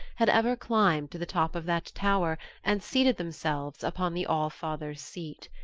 had ever climbed to the top of that tower and seated themselves upon the all-father's seat.